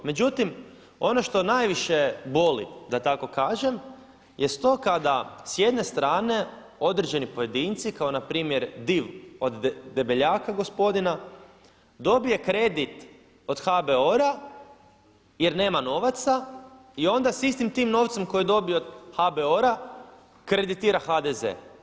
Međutim ono što najviše boli da tako kažem, jest to kada s jedne strane određeni pojedinci kao npr. Div od Debeljaka gospodina dobije kredit od HBOR-a jer nema novaca i onda s istim tim novcem koji je dobio od HBOR-a kreditira HDZ.